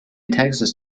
texas